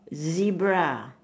zebra